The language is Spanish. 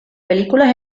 películas